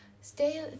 stay